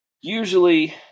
usually